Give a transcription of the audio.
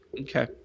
Okay